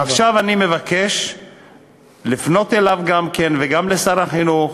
עכשיו אני מבקש לפנות אליו גם כן, וגם לשר החינוך,